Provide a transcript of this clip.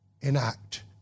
enact